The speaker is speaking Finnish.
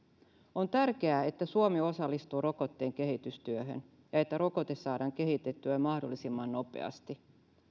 on tärkeää että suomi osallistuu rokotteen kehitystyöhön ja että rokote saadaan kehitettyä mahdollisimman nopeasti